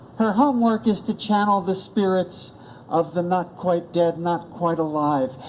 her homework is to channel the spirits of the not quite dead, not quite alive.